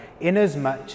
inasmuch